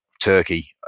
turkey